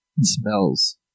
smells